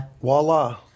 voila